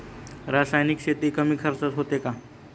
रासायनिक शेती कमी खर्चात होते का?